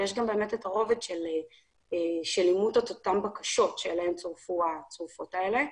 יש את הרובד של אימות אותן בקשות אליהן צורפו הצרופות האלה.